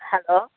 hello